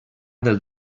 del